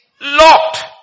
locked